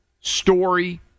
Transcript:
story